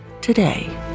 today